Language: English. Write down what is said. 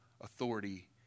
authority